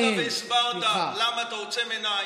שעה עמדת והסברת למה אתה עוצם עיניים.